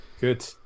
Good